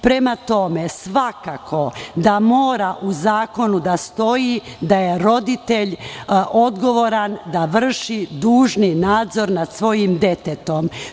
Prema tome, svakako da u zakonu mora da stoji da je roditelj odgovoran da vrši dužni nadzor nad svojim detetom.